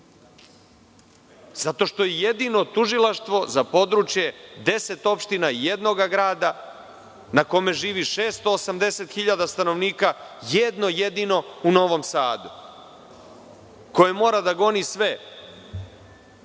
zato što je jedino tužilaštvo za područje 10 opština jednoga grada, na kome živi 680.000 stanovnika, jedno jedino u Novom Sadu. On mora da goni sve